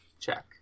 check